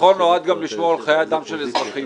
ביטחון נועד גם לשמור על חי האדם של אזרחיות.